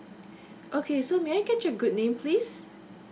okay so may I get your good name please